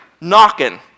knocking